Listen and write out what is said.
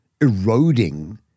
eroding